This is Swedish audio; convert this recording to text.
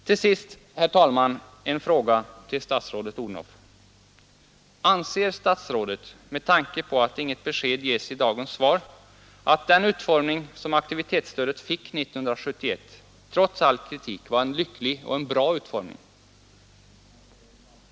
Till sist, herr talman, en fråga till statsrådet Odhnoff: Anser statsrådet, med tanke på att inget besked ges i dagens svar, att den utformning som aktivitetsstödet fick 1971 trots all kritik var en lycklig och bra utformning?